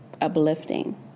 uplifting